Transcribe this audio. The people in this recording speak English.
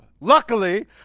Luckily